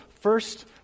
First